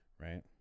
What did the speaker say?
Right